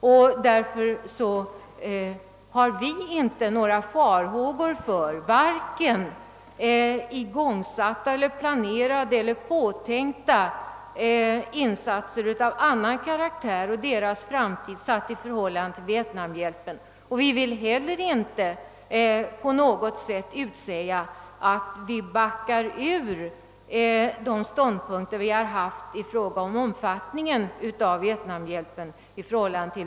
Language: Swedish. Vi hyser därför inom utskottet inga farhågor för igångsatta, planerade eller påtänkta insatser och deras utförande, och vi vill heller inte frångå våra tidigare ståndpunkter rörande omfattningen av vietnamhjälpen.